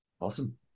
Awesome